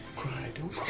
cry, don't